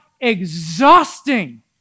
exhausting